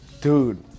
dude